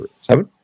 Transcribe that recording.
seven